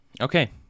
Okay